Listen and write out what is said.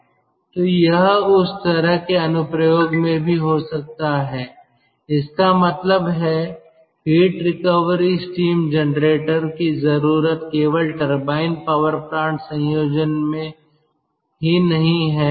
तो यह उस तरह के अनुप्रयोग में भी हो सकता है इसका मतलब है हीट रिकवरी स्टीम जनरेटर की जरूरत केवल टरबाइन पावर प्लांट संयोजन में ही नहीं है